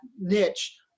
niche